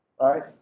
right